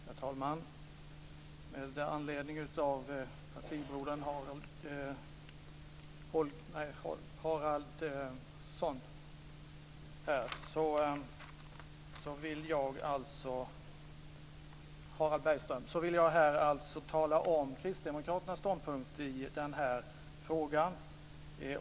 Herr talman! Med anledning av min partibroder Harald Bergströms anförande vill jag tala om Kristdemokraternas ståndpunkt i denna fråga.